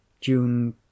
June